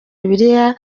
bibiliya